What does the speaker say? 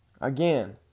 Again